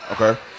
okay